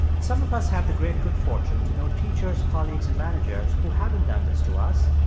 some of us have the great good fortune to know teachers, colleagues and managers who haven't done this to us.